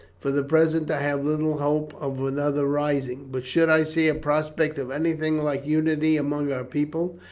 for the present i have little hope of another rising but should i see a prospect of anything like unity among our people,